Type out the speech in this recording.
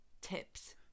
tips